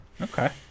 Okay